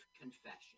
confession